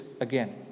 again